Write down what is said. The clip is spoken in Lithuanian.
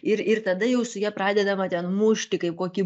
ir ir tada jau su ja pradedama ten mušti kaip kokį